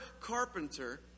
carpenter